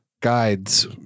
guides